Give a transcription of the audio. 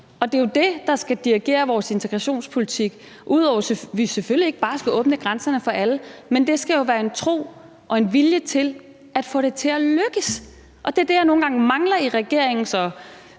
der skal dirigere vores integrationspolitik, ud over at vi selvfølgelig ikke bare skal åbne grænserne for alle. Men det skal jo være en tro på og vilje til at få det til at lykkes, og det er det, jeg nogle gange mangler i regeringens